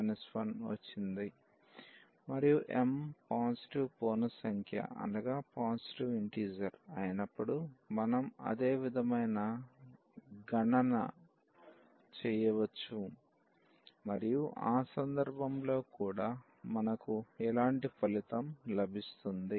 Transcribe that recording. మరియు m positive పూర్ణ సంఖ్య అయినప్పుడు మనం అదే విధమైన గణనలను చేయవచ్చు మరియు ఆ సందర్భంలో కూడా మనకు ఇలాంటి ఫలితం లభిస్తుంది